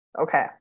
okay